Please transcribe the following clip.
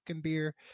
beer